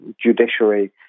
Judiciary